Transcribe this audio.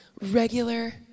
regular